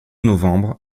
novembre